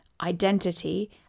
identity